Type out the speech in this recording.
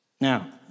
Now